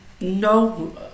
No